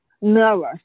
nervous